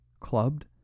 clubbed